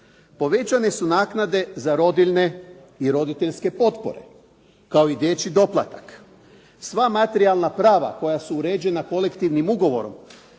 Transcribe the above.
Povećane su naknade za rodiljne i roditeljske potpore, kao i dječji doplatak. Sva materijalna prava koja su uređena kolektivnim ugovorom,